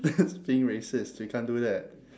that's being racist we can't do that